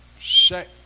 set